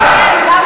זה מותר.